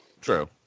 True